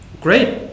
great